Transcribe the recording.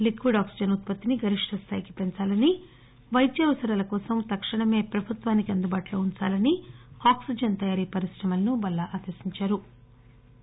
ద్రవీకృత oxygen ఉత్పత్తిని గరిష్ట స్థాయికి పెంచాలని వైద్య అవసరాల కోసం తక్షణమే ప్రభుత్వానికి అందుబాటులో వుంచాలని ఆక్సిజన్ తయారీ పరిశ్రమలను బల్లా ఆదేశించారు